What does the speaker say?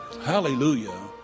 hallelujah